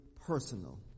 personal